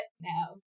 no